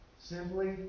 simply